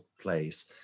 place